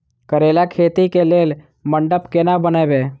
करेला खेती कऽ लेल मंडप केना बनैबे?